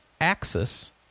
Axis